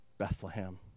Bethlehem